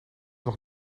nog